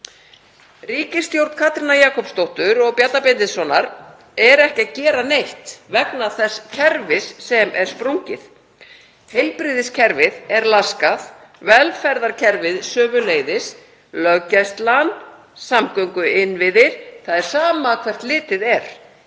Ríkisstjórn Katrínar Jakobsdóttur og Bjarna Benediktssonar er ekki að gera neitt vegna þess kerfis sem er sprungið. Heilbrigðiskerfið er laskað, velferðarkerfið sömuleiðis, löggæslan, samgönguinnviðir, það er sama hvert litið er.